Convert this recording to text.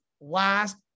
last